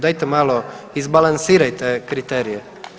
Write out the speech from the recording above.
Dajte malo izbalansirajte kriterije.